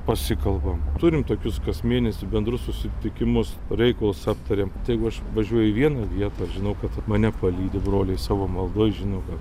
pasikalbam turim tokius kas mėnesį bendrus susitikimus reikalus aptariam tai jeigu aš važiuoju į vieną vietą aš žinau kad mane palydi broliai savo maldoj žinau kad